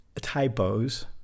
typos